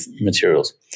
materials